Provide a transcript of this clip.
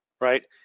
Right